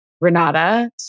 Renata